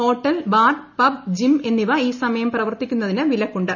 hotel bar pub gym എന്നിവ ഈ സമയം പ്രവർത്തിക്കുന്നതിന് വിലക്കുണ്ട്